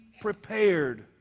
prepared